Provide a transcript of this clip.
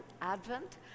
Advent